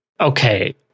Okay